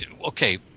okay